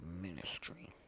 ministry